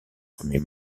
premier